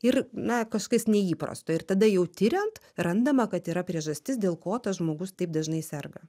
ir na kažkas neįprasto ir tada jau tiriant randama kad yra priežastis dėl ko tas žmogus taip dažnai serga